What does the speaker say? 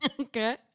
Okay